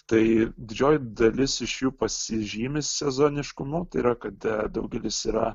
tai didžioji dalis iš jų pasižymi sezoniškumu tai yra kad daugelis yra